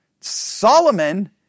Solomon